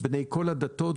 בני כל הדתות,